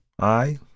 I